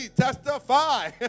testify